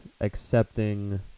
accepting